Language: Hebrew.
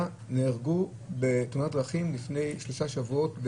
נהרגו בתאונת דרכים לפני שלושה שבועות,